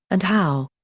and how?